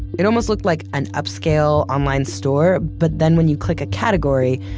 it almost looked like an upscale, online store, but then when you click a category,